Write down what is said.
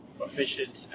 efficient